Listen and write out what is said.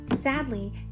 sadly